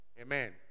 Amen